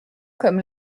comme